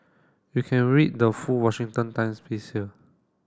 you can read the full Washington Times piece here